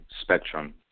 spectrum